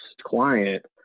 client